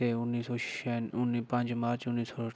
ते उन्नी सौ छियानु उन्नी पंज मार्च उन्नी सौ